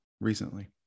recently